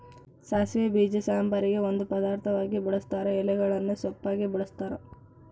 ಸಾಸಿವೆ ಬೀಜ ಸಾಂಬಾರಿಗೆ ಒಂದು ಪದಾರ್ಥವಾಗಿ ಬಳುಸ್ತಾರ ಎಲೆಗಳನ್ನು ಸೊಪ್ಪಾಗಿ ಬಳಸ್ತಾರ